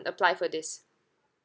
apply for this